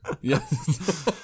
Yes